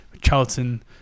Charlton